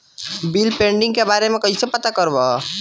Bill pending के बारे में कईसे पता करब?